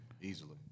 easily